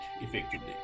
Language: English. effectively